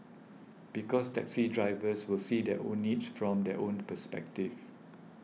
because taxi drivers will see their own needs from their own perspective